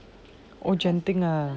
oh genting ah